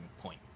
point